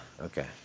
okay